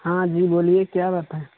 ہاں جی بولیے کیا بات ہے